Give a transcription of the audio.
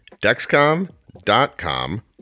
Dexcom.com